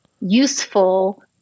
useful